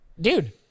Dude